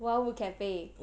wild wood cafe